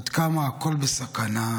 עד כמה הכול בסכנה,